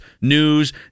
news